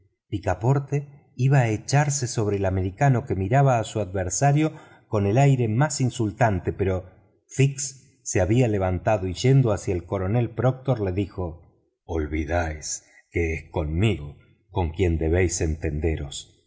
picaporte iba a echarse sobre el americano que miraba a su adversario con el aire más insultante posible pero fix se había levantado y yendo hacia el coronel proctor le dijo olvidáis que es conmigo con quien debéis entenderos